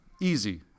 easy